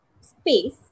space